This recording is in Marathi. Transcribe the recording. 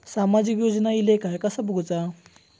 सामाजिक योजना इले काय कसा बघुचा?